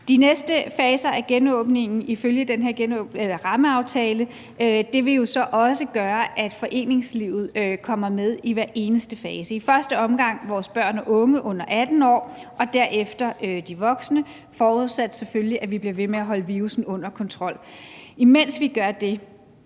de næste faser af genåbningen jo også betyde, at foreningslivet kommer med i hver eneste fase. I første omgang gælder det vores børn og unge under 18 år, og derefter gælder det de voksne, selvfølgelig forudsat at vi bliver ved med at holde virussen under kontrol. Imens vi gør det,